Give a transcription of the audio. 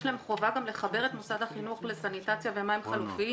יש להם חובה גם לחבר את מוסד החינוך לסניטציה ומים חלופיים.